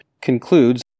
concludes